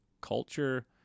culture